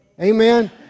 Amen